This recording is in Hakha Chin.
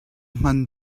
hman